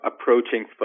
approaching